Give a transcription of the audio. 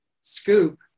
scoop